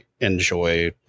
enjoy